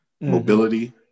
Mobility